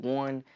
one